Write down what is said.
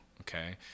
Okay